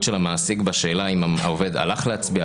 של המעסיק בשאלה אם העובד הלך להצביע,